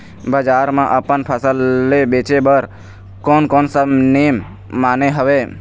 बजार मा अपन फसल ले बेचे बार कोन कौन सा नेम माने हवे?